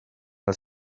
els